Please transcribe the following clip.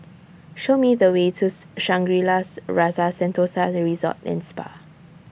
Show Me The Way to Shangri La's Rasa Sentosa Resort and Spa